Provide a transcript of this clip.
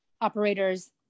operators